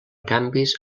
canvis